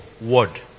word